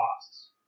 costs